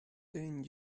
ten